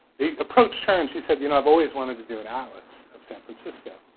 they approached her and she said you know i've always wanted to do an atlas of san francisco.